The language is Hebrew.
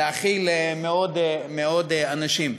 להאכיל מאות אנשים.